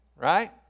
right